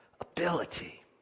ability